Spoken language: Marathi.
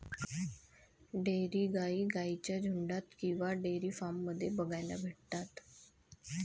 डेयरी गाई गाईंच्या झुन्डात किंवा डेयरी फार्म मध्ये बघायला भेटतात